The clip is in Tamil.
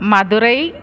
மதுரை